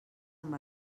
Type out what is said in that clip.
amb